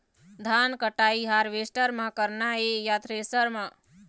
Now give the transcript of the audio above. धान कटाई हारवेस्टर म करना ये या थ्रेसर म?